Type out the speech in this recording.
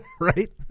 right